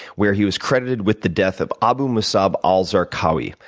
where he was credited with the death of abu musab al-zarqawi,